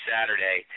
Saturday